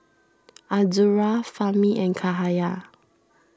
Azura Fahmi and Cahaya